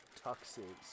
tuxes